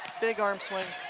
big arm swing